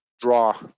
draw